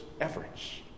efforts